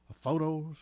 photos